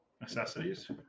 necessities